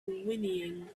whinnying